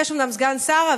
יש אומנם סגן שר,